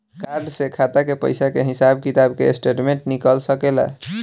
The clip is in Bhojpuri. कार्ड से खाता के पइसा के हिसाब किताब के स्टेटमेंट निकल सकेलऽ?